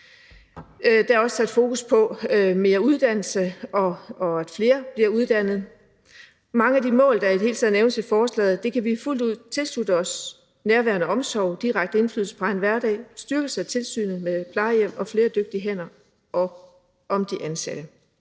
Der er også sat fokus på mere uddannelse og på, at flere bliver uddannet. Mange af de mål, der i det hele taget nævnes i forslaget, kan vi fuldt ud tilslutte os – nærværende omsorg, direkte indflydelse på egen hverdag, styrkelse af tilsynet med plejehjem og flere dygtige hænder og om de ansatte